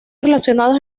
relacionados